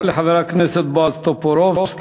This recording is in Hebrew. תודה לחבר הכנסת בועז טופורובסקי.